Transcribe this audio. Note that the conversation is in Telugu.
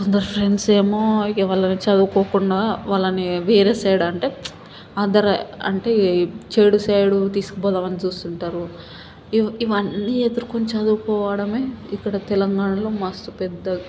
కొందరు ఫ్రెండ్స్ ఏమో ఎవళ్ళని చదువుకోకుండా వాళ్ళని వేరే సైడ్ అంటే అధర్ అంటే చెడు సైడు తీసుకుపోదాం అని చూస్తుంటారు ఇ ఇవన్నీ ఎదుర్కొని చదువుకోవడమే ఇక్కడ తెలంగాణలో మస్తు పెద్ద